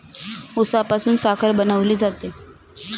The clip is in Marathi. उसापासून साखर बनवली जाते